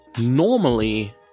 normally